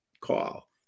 call